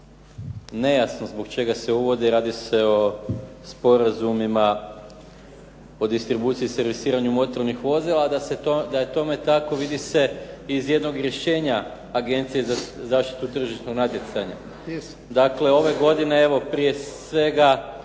nejasno zbog čega se uvodi. Radi se o sporazumima po distribuciji i servisiranju motornih vozila. Da je tome tako, vidi se iz jednog rješenja Agencije za zaštitu tržišnog natjecanja. Dakle, ove godine evo prije svega